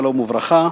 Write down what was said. שלום וברכה,